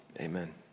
Amen